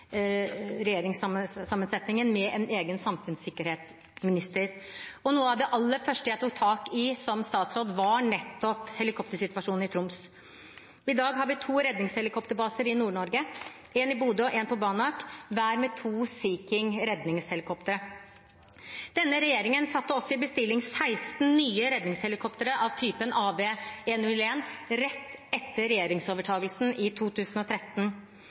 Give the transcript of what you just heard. regjeringssammensetningen med en egen samfunnssikkerhetsminister. Noe av det aller første jeg tok tak i som statsråd, var nettopp helikoptersituasjonen i Troms. I dag har vi to redningshelikopterbaser i Nord-Norge, en i Bodø og en på Banak, hver med to Sea King redningshelikoptre. Denne regjeringen satte også i bestilling 16 nye redningshelikoptre av typen AW101 rett etter regjeringsovertakelsen i 2013.